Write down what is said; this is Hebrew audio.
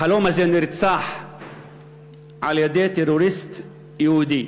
החלום הזה נרצח על-ידי טרוריסט יהודי.